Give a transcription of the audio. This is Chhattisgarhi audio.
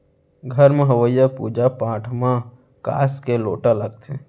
घर म होवइया पूजा पाठ म कांस के लोटा लागथे